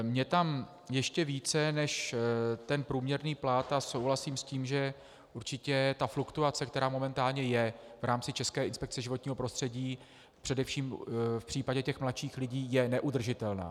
Mně tam ještě více než průměrný plat, a souhlasím s tím, že určitě fluktuace, která momentálně je v rámci České inspekce životního prostředí, především v případě mladších lidí, je neudržitelná.